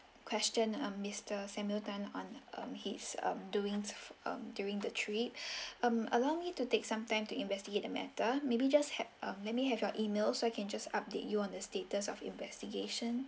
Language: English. question um mister samuel tan on um his um doings um during the trip um allow me to take some time to investigate the matter maybe just had um let me have your email so I can just update you on the status of investigation